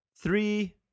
Three